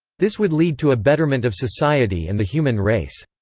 this would lead to a betterment of society and the human race.